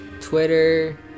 Twitter